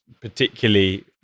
particularly